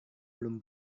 belum